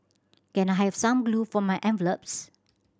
can I have some glue for my envelopes